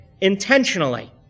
intentionally